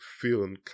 feeling